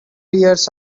years